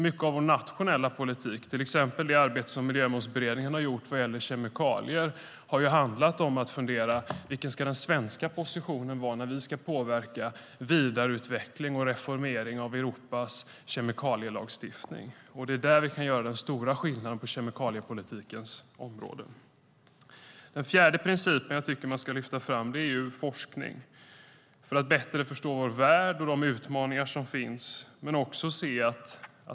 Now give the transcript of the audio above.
Mycket av vår nationella politik, till exempel Miljömålsberedningens arbete vad gäller kemikalier, har ju handlat om att fundera på vilken den svenska positionen ska vara när vi ska påverka vidareutveckling och reformering av Europas kemikalielagstiftning. Det är där vi kan göra den stora skillnaden på kemikaliepolitikens område. En ytterligare princip som jag vill lyfta fram handlar om forskning för att bättre förstå vår värld och de utmaningar som finns.